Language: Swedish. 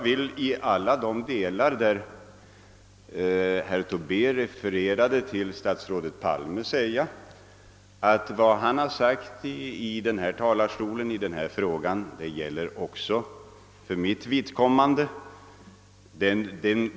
På alla de punkter där herr Tobé refererade till statsrådet Palme vill jag förklara att vad han har sagt från denna talarstol i denna fråga också gäller för mitt vidkommande.